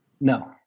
No